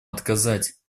отказать